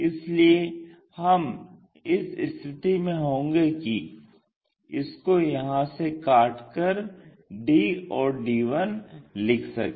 इसलिए हम इस स्थिति में होंगे कि इसको यहां से काट कर d और d1 लिख सकें